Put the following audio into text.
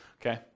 okay